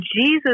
Jesus